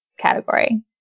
category